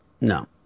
No